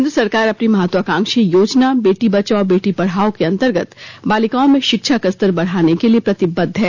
केन्द्र सरकार अपनी महत्वाकांक्षी योजना बेटी बचाओ बेटी पढ़ाओ के अंतर्गत बालिकाओं में शिक्षा का स्तर बढ़ाने के लिए प्रतिबद्ध है